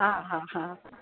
हा हा हा